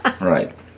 right